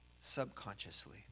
subconsciously